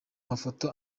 mafoto